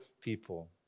people